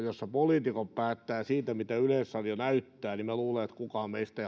jossa poliitikot päättävät siitä mitä yleisradio näyttää kukaan meistä